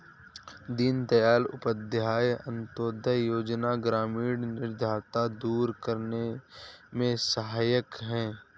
दीनदयाल उपाध्याय अंतोदय योजना ग्रामीण निर्धनता दूर करने में सहायक है